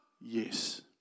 yes